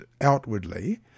outwardly